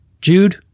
Jude